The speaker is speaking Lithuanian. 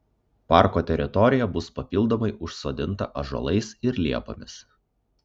parko teritorija bus papildomai užsodinta ąžuolais ir liepomis